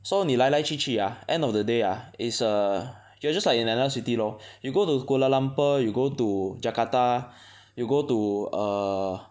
so 你来来去去 ah end of the day ah is err you're just like in another city lor you go to Kuala Lumpur you go to Jakarta you go to err